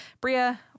Bria